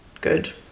good